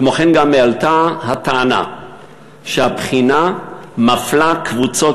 כמו כן עלתה הטענה שהבחינה מפלה קבוצות